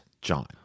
John